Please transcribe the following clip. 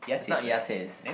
it's not Yates